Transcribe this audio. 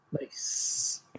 Nice